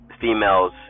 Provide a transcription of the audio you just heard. females